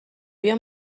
بیا